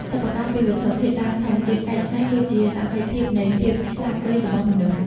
សិប្បកម្មពីវត្ថុធាតុដើមធម្មជាតិកែច្នៃ គឺជាសក្ខីភាពនៃភាពឆ្លាតវៃរបស់មនុស្ស។